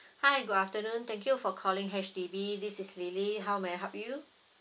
hi good afternoon thank you for calling H_D_B this is lily how may I help you